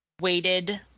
Weighted